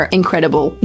incredible